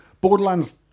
Borderlands